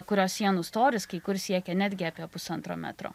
kurios sienų storis kai kur siekia netgi apie pusantro metro